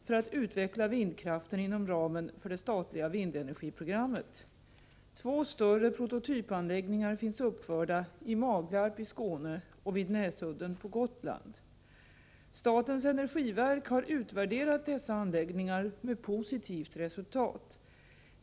Fru talman! Ivar Franzén har frågat mig om jag är beredd att medverka till att minst en ytterligare vindkraftsanläggning uppförs vid Näsudden på Gotland. Statsmakterna har hittills satsat ca 270 milj.kr. för att utveckla vindkraften inom ramen för det statliga vindenergiprogrammet. Två större prototypanläggningar finns uppförda i Maglarp i Skåne och vid Näsudden på Gotland. Statens energiverk har utvärderat dessa anläggningar med positivt resultat.